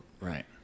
Right